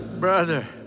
Brother